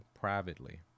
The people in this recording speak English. privately